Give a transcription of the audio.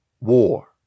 war